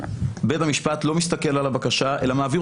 בית המשפט לא מסתכל על הבקשה אלא מעביר